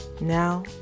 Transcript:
Now